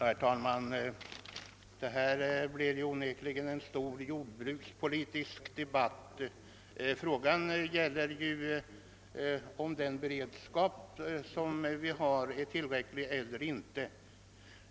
Herr talman! Detta har onekligen blivit en stor jordbrukspolitisk debatt. Frågan gäller ju om den beredskap vi har är tillräcklig eller inte.